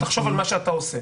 תחשוב על מה שאתה עושה.